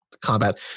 combat